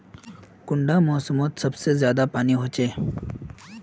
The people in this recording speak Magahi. कुंडा मोसमोत सबसे ज्यादा पानी होचे?